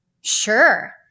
sure